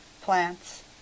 plants